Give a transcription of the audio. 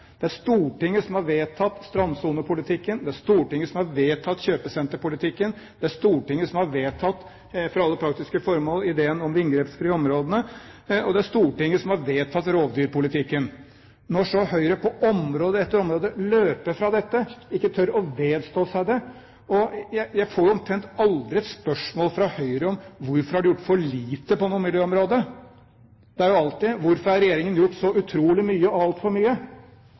Det er Stortinget som har vedtatt strandsonepolitikken, det er Stortinget som har vedtatt kjøpesenterpolitikken, det er Stortinget som for alle praktiske formål har vedtatt ideen om de inngrepsfrie områdene, og det er Stortinget som har vedtatt rovdyrpolitikken. På område etter område løper Høyre fra dette – de tør ikke å vedstå seg det. Jeg får omtrent aldri et spørsmål fra Høyre om hvorfor jeg har gjort for lite på noe miljøområde. Det er jo alltid: Hvorfor har regjeringen gjort så utrolig mye og altfor mye?